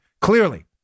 Clearly